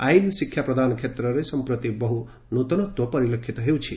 ଆଇନ ଶିକ୍ଷାପ୍ରଦାନ କ୍ଷେତ୍ରରେ ସମ୍ପ୍ରତି ବହୁ ନୂତନତ୍ୱ ପରିଲକ୍ଷିତ ହେଉଛି